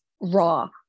raw